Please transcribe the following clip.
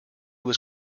was